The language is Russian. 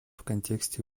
контексте